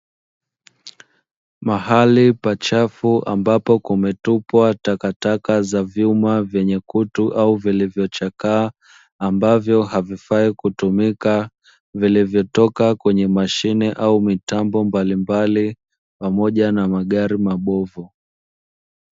Mahali pachafu ambapo kumetupwa takataka za vyuma vyenye kutu au vilivyochakaa, ambavyo havifai kutumika vilivyotoka kwenye mashine au mitambo mbalimbali pamoja na magari mabovu.